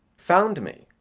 found me,